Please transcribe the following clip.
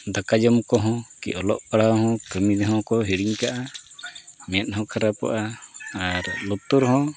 ᱫᱟᱠᱟ ᱡᱚᱢ ᱠᱚᱦᱚᱸ ᱠᱤ ᱚᱞᱚᱜ ᱯᱟᱲᱦᱟᱣ ᱦᱚᱸ ᱠᱟᱹᱢᱤ ᱨᱮᱦᱚᱸ ᱠᱚ ᱦᱤᱲᱤᱧ ᱠᱟᱜᱼᱟ ᱢᱮᱫ ᱦᱚᱸ ᱠᱷᱟᱨᱟᱯᱚᱜᱼᱟ ᱟᱨ ᱞᱩᱛᱩᱨ ᱦᱚᱸ